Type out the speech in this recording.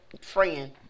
friend